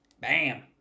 Bam